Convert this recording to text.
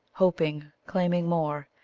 hoping, claiming more.